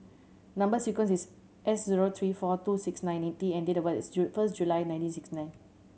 number sequence is S zero three four two six nine eight T and date of birth is first July nineteen sixty nine